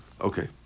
Okay